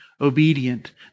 obedient